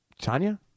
Tanya